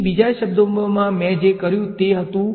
તેથી આ થઈ રહ્યું છે